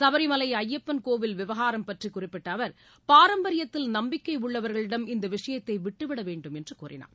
சபரிமலை ஐயப்பன் கோவில் விவகாரம் பற்றி குறிப்பிட்ட அவர் பாரம்பரியத்தில் நம்பிக்கை உள்ளவர்களிடம் இந்த விஷயத்தை விட்டுவிடவேண்டும் என்று கூறினார்